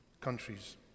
countries